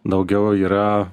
daugiau yra